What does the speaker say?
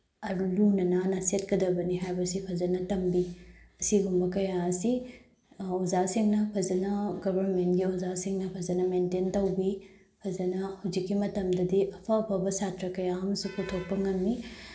ꯂꯨꯅ ꯅꯥꯟꯅ ꯁꯦꯠꯀꯗꯕꯅꯤ ꯍꯥꯏꯕꯁꯤ ꯐꯖꯅ ꯇꯝꯕꯤ ꯑꯁꯤꯒꯨꯝꯕ ꯀꯌꯥ ꯑꯁꯤ ꯑꯣꯖꯥꯁꯤꯡꯅ ꯐꯖꯅ ꯒꯕꯔꯃꯦꯟꯒꯤ ꯑꯣꯖꯥꯁꯤꯡꯅ ꯐꯖꯅ ꯃꯦꯟꯇꯦꯟ ꯇꯧꯕꯤ ꯐꯖꯅ ꯍꯧꯖꯤꯛꯀꯤ ꯃꯇꯝꯗꯗꯤ ꯑꯐ ꯑꯐꯕ ꯁꯥꯇ꯭ꯔ ꯀꯌꯥ ꯑꯃꯁꯨ ꯄꯨꯊꯣꯛꯄ ꯉꯝꯃꯤ